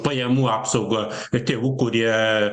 pajamų apsaugą kad tėvų kurie